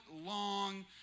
long